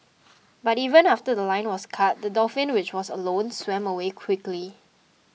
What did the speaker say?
but even after The Line was cut the dolphin which was alone swam away slowly